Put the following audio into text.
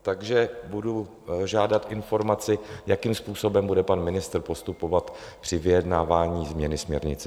Takže budu žádat informaci, jakým způsobem bude pan ministr postupovat při vyjednávání změny směrnice.